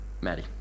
Maddie